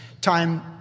time